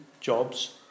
jobs